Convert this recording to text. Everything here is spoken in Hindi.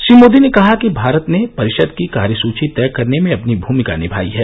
श्री मोदी ने कहा कि भारत ने परिषद की कार्यसूची तय करने में अपनी भूमिका निभाई है